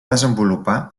desenvolupar